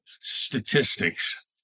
statistics